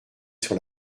sur